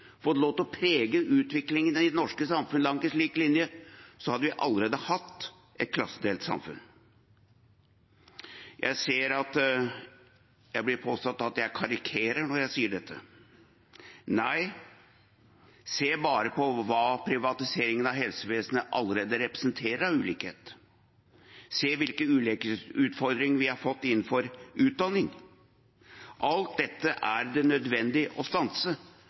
fått lov til å prege utviklingen i det norske samfunnet langs en slik linje, så hadde vi allerede hatt et klassedelt samfunn. Det blir påstått at jeg karikerer når jeg sier dette. Nei, se bare på hva privatiseringen av helsevesenet allerede representerer av ulikhet. Se hvilke utfordringer vi har fått innenfor utdanning. Alt dette er det nødvendig å stanse